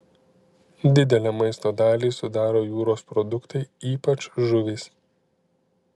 didelę maisto dalį sudaro jūros produktai ypač žuvys